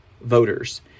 voters